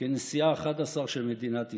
כנשיאה האחד-עשר של מדינת ישראל.